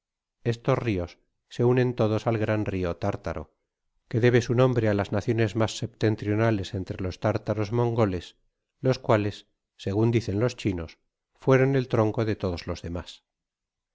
estos rios se unen todos al gran rio tártaro que debe su nombre á las naciones mas septentrionales entre los tartaros mogoles los cuales segun dicen los chinos fueron el tronco de todos los demas